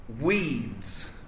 Weeds